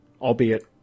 albeit